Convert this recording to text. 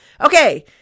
Okay